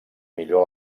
millor